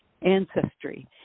ancestry